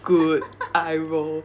good eye roll